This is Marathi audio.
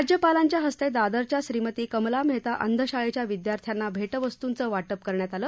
राज्यपालांच्या हस्ते दादरच्या श्रीमती कमला मेहता अंधशाळेच्या विद्यार्थ्यांना भेट वस्तूचं वाटप करण्यात आलं